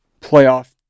playoff